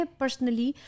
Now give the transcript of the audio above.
personally